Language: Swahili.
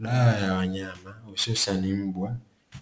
Dawa ya wanyama hususani mbwa,